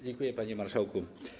Dziękuję, panie marszałku.